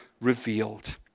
revealed